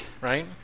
right